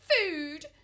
food